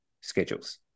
schedules